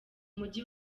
mujyi